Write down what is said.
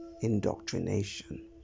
indoctrination